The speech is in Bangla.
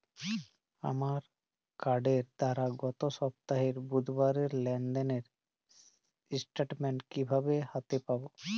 আমার কার্ডের দ্বারা গত সপ্তাহের বুধবারের লেনদেনের স্টেটমেন্ট কীভাবে হাতে পাব?